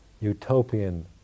utopian